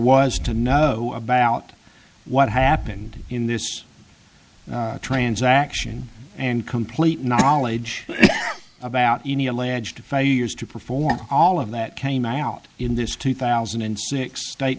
was to know about what happened in this transaction and complete knowledge about any alleged failures to perform all of that came out in this two thousand and six state